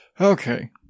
Okay